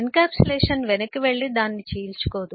encapsulation వెనక్కి వెళ్లి దానిని చీల్చుకోదు